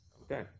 Okay